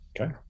Okay